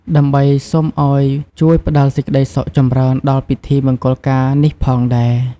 ដើម្បីសូមឱ្យជួយផ្ដល់សេចក្ដីសុខចម្រើនដល់ពិធីមង្គលការនេះផងដែរ។